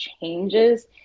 changes